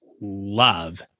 love